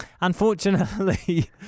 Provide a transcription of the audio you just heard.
unfortunately